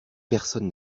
personne